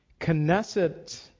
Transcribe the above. Knesset